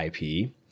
IP